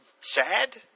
sad